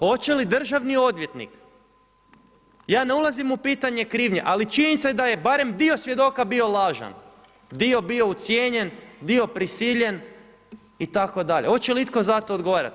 Hoće li državni odvjetnik, ja ne ulazim u pitanje krivnje, ali činjenica daje barem dio svjedoka bio lažan, dio bio ucijenjen, dio prisiljen itd., hoće li itko za to odgovarati?